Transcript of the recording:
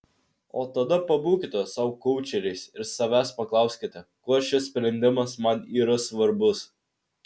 o tada pabūkite sau koučeriais ir savęs paklauskite kuo šis sprendimas man yra svarbus